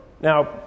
Now